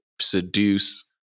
seduce